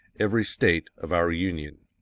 every state of our union.